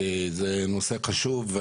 זה נושא חשוב.